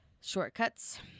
Shortcuts